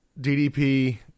DDP